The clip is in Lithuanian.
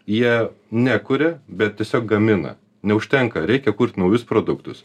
jie nekuria bet tiesiog gamina neužtenka reikia kurt naujus produktus